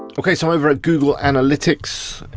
okay, so over at google analytics,